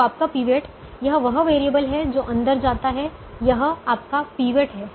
तो आपका पिवट यह वह वैरिएबल है जो अंदर आता है यह आपका पिवट है